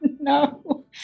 No